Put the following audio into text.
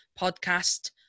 podcast